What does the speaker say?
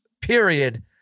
period